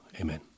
Amen